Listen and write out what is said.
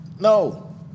No